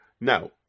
Now